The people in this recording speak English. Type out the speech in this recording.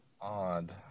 Odd